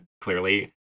Clearly